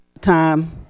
time